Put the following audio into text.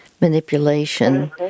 manipulation